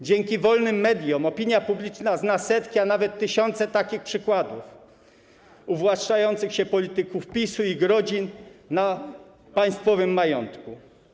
Dzięki wolnym mediom opinia publiczna zna setki, a nawet tysiące takich przykładów, uwłaszczających się polityków PiS-u, ich rodzin na państwowym majątku.